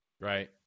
Right